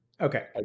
Okay